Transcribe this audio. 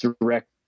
direct